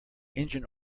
engine